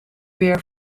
weer